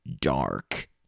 dark